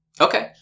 okay